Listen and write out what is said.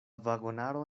vagonaro